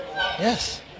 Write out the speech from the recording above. Yes